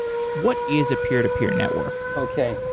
what is a peer-to-peer network? okay.